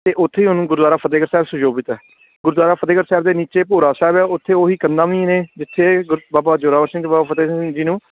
ਅਤੇ ਉੱਥੇ ਹੀ ਹੁਣ ਗੁਰਦੁਆਰਾ ਫਤਿਹਗੜ੍ਹ ਸਾਹਿਬ ਸੁਸ਼ੋਭਿਤ ਹੈ ਗੁਰਦੁਆਰਾ ਫਤਿਹਗੜ੍ਹ ਸਾਹਿਬ ਦੇ ਨੀਚੇ ਭੋਰਾ ਸਾਹਿਬ ਆ ਉੱਥੇ ਉਹੀ ਕੰਧਾਂ ਵੀ ਨੇ ਜਿੱਥੇ ਗਰ ਬਾਬਾ ਜ਼ੋਰਾਵਰ ਸਿੰਘ ਬਾਬਾ ਫਤਿਹ ਸਿੰਘ ਜੀ ਨੂੰ